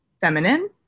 feminine